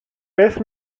beth